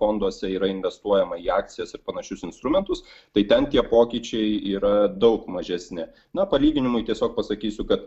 fonduose yra investuojama į akcijas ir panašius instrumentus tai ten tie pokyčiai yra daug mažesni na palyginimui tiesiog pasakysiu kad